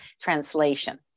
translation